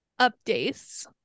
updates